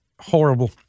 horrible